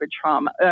trauma